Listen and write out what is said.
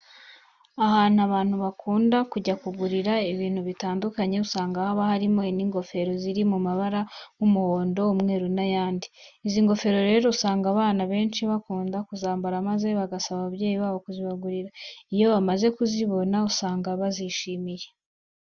Ahantu abantu bakunda kujya kugurira ibintu bitandukanye usanga haba harimo n'ingofero ziri mu mabara nk'umuhondo, umweru n'ayandi. Izi ngofero rero usanga abana benshi bakunda kuzambara maze bagasaba ababyeyi babo kuzibagurira. Iyo bamaze kuzibona usanga bazishimiye.